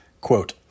Quote